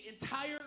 entire